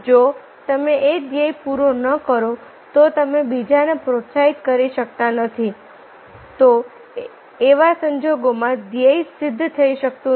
જો તમે એ ધ્યેય પૂરો ન કરો તો તમે બીજાને પ્રોત્સાહિત કરી શકતા નથી તો એવા સંજોગોમાં ધ્યેય સિદ્ધ થઈ શકતું નથી